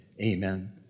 amen